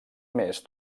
més